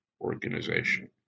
organization